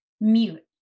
mute